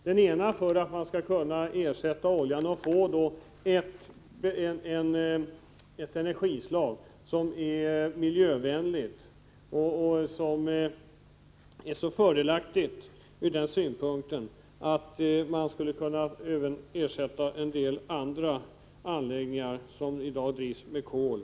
Den ena orsaken är att man skall ersätta oljan och få ett energislag som är miljövänligt och så fördelaktigt ur den synpunkten att det även skulle kunna ersätta en del anläggningar som i dag drivs med kol.